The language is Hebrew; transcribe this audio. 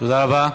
תודה רבה.